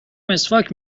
مسواک